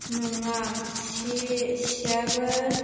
नङा सियाबो